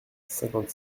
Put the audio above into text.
cinquante